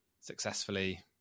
successfully